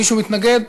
מישהו מתנגד?